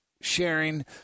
sharing